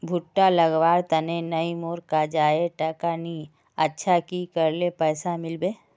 भुट्टा लगवार तने नई मोर काजाए टका नि अच्छा की करले पैसा मिलबे?